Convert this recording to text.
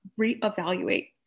reevaluate